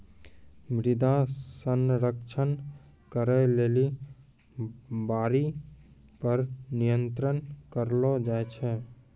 मृदा संरक्षण करै लेली बाढ़ि पर नियंत्रण करलो जाय छै